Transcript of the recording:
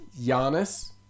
Giannis